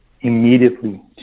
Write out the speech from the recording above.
immediately